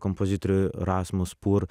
kompozitorių rasmus pur